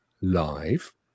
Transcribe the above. live